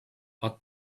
are